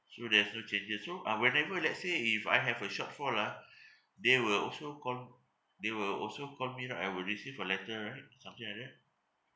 so there's no changes so uh whenever let's say if I have a short fall ah they will also call they will also call me right I will receive a letter right something like that